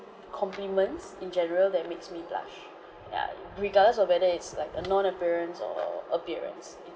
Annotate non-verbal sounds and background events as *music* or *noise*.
complements in general that makes me blush *breath* ya regardless of whether it's like a non-appearance or appearance